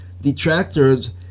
detractors